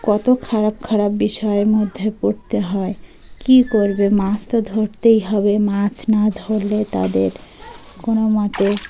কত খারাপ খারাপ বিষয়ের মধ্যে পড়তে হয় কী করবে মাছ তো ধরতেই হবে মাছ না ধরলে তাদের কোনো মতে